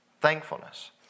Thankfulness